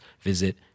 visit